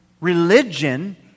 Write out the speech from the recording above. religion